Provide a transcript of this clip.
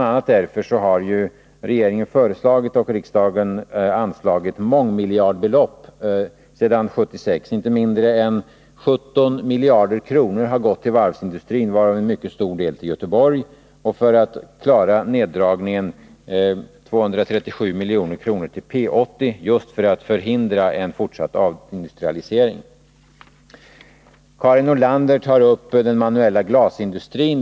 a. därför har regeringen föreslagit — och riksdagen anslagit — mångmiljardbelopp sedan 1976. Inte mindre än 17 miljarder kronor har gått till varvsindustrin, varav en mycket stor del till Göteborg, och för att klara neddragningen 237 miljoner till P 80 — just för att förhindra en fortsatt avindustrialisering. Karin Nordlander talar om den manuella glasindustrin.